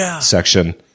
section